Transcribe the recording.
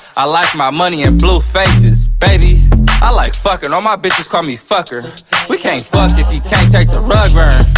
i like my money in blue faces, baby i like fuckin', all my bitches call me fucker we can't fuck if you can't take the rug burn